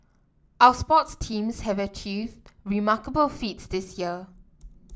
our sports teams have achieved remarkable feats this year